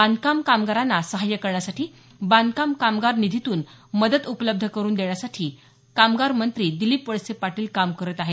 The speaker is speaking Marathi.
बांधकाम कामगारांना सहाय्य करण्यासाठी बांधकाम कामगार निधीतून मदत उपलब्ध करून देण्यासाठी कामगार मंद्धी दिलीप वळसे पाटील काम करत आहेत